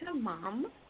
mom